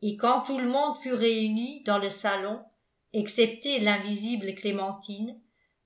et quand tout le monde fut réuni dans le salon excepté l'invisible clémentine